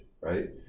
Right